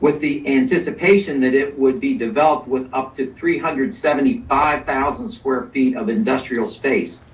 with the anticipation that it would be developed with up to three hundred and seventy five thousand square feet of industrial space.